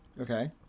Okay